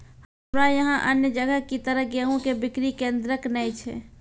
हमरा यहाँ अन्य जगह की तरह गेहूँ के बिक्री केन्द्रऽक नैय छैय?